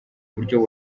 buryo